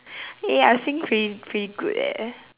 eh I sing pretty pretty good eh